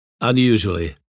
Unusually